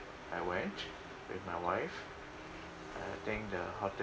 I went with my wife I think the hotel